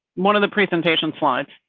one of the presentation slides.